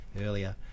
earlier